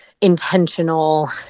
intentional